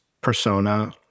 persona